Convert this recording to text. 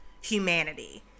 humanity